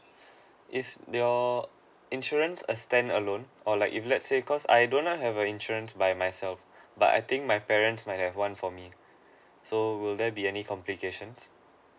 is your insurance a stand alone or like if let's say because I don't have a insurance by myself but I think my parents might have one for me so will there be any complications